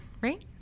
right